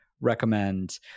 recommend